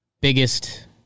Biggest